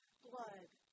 Blood